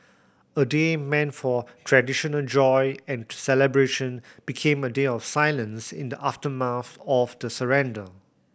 a day meant for traditional joy and celebration became a day of silence in the aftermath of the surrender